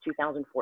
2014